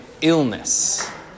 illness